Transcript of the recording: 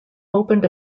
opened